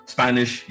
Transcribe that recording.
Spanish